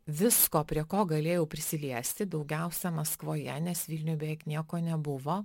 visko prie ko galėjau prisiliesti daugiausia maskvoje nes vilniuj beveik nieko nebuvo